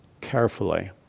carefully